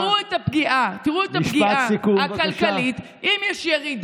תראו את הפגיעה הכלכלית, ואם יש ירידה,